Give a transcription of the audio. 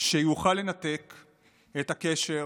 שיוכל לנתק את הקשר